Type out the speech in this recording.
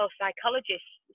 psychologists